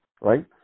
right